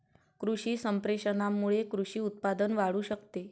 कृषी संप्रेषणामुळे कृषी उत्पादन वाढू शकते